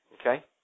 Okay